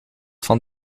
van